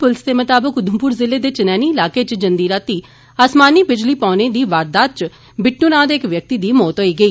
पुलस दे मताबक उघमपुर ज़िले दे चनैनी इलाके च जंदी रातीं असमानी बिजली पौने दी वारदात च बिटू राणा नां दे इक आदमी दी मौत होई गेई